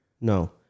No